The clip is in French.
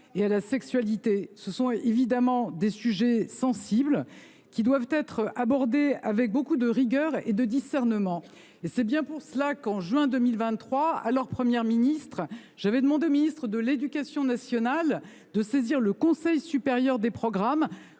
et à la sexualité. Nous, non ! Ce sont évidemment des sujets sensibles, qui doivent être abordés avec beaucoup de rigueur et de discernement. C’est précisément la raison pour laquelle, en juin 2023, alors que j’étais Première ministre, j’avais demandé au ministre de l’éducation nationale de saisir le Conseil supérieur des programmes,